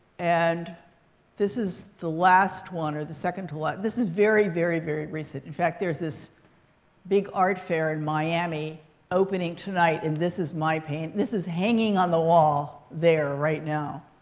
and this is the last one or the second to last this is very, very, very recent. in fact, there is this big art fair in miami opening tonight. and this is my painting. this is hanging on the wall there right now.